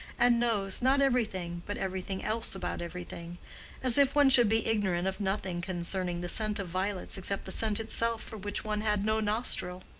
and knows, not everything, but everything else about everything as if one should be ignorant of nothing concerning the scent of violets except the scent itself for which one had no nostril.